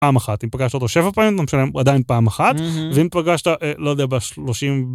פעם אחת אם פגשת אותו שבע פעמים למשל, הוא עדיין פעם אחת... מממ.. ואם פגשת אה, לא יודע, בשלושים.